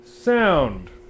Sound